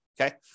Okay